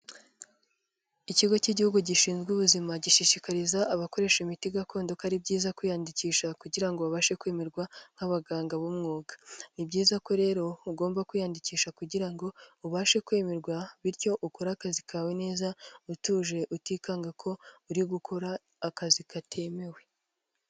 Ikigo cy'igihugu gishinzwe ubuzima gishishikariza abakoresha imiti gakondo ko ari byiza kwiyandikisha kugira ngo babashe kwemerwa nk'abaganga b'umwuga, ni byiza ko rero ugomba kwiyandikisha kugira ngo ubashe kwemerwa bityo ukore akazi kawe neza utuje utikanga ko uri gukora akazi katemewe.